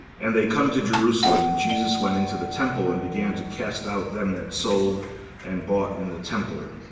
and they come to jerusalem, and jesus went into the temple and began to cast out them that sold and bought in the temple,